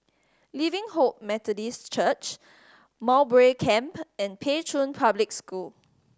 Living Hope Methodist Church Mowbray Camp and Pei Chun Public School